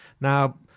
now